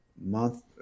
Month